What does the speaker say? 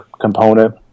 component